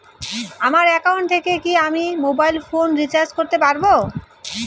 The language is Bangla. আমার একাউন্ট থেকে কি আমি মোবাইল ফোন রিসার্চ করতে পারবো?